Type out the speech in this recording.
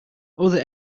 other